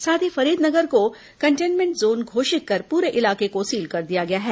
साथ ही फरीदनगर को कंटेन्मेंट जोन घोषित कर पूरे इलाके को सील कर दिया गया है